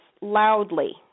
loudly